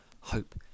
hope